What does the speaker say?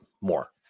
more